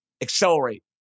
accelerate